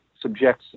subjects